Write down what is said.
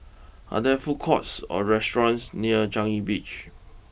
are there food courts or restaurants near Changi Beach